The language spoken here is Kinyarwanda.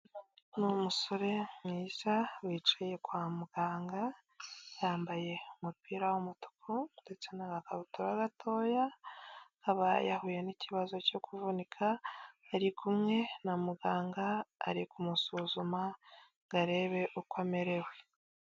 Ni umusore mwiza wicaye kwa muganga yambaye umupira w'umutuku ndetse n'agakabutura gatoya, akaba yahuye n'ikibazo cyo kuvunika ari kumwe na muganga ari kumusuzuma ngo arebe uko amerewe.